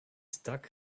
stuck